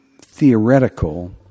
theoretical